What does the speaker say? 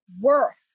worth